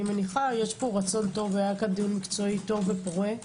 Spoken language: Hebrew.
יש פה רצון טוב והיה פה דיון מקצועי טוב ופורה.